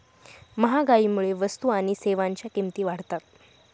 महागाईमुळे वस्तू आणि सेवांच्या किमती वाढतात